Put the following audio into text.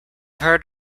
heard